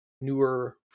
newer